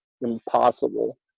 impossible